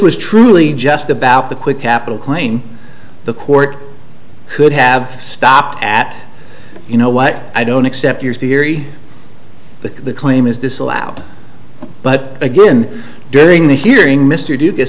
was truly just about the quick capital claim the court could have stopped at you know what i don't accept your theory that the claim is disallowed but again during the hearing mr do get